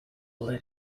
led